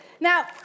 Now